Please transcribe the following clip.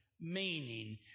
meaning